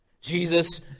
Jesus